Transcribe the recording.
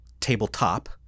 tabletop